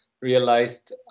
realized